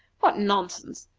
what nonsense!